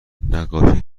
نقاشی